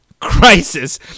crisis